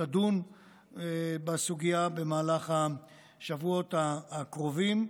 תדון בסוגיה במהלך השבועות הקרובים,